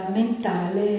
mentale